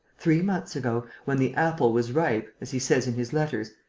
three months ago, when the apple was ripe as he says in his letters,